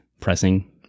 pressing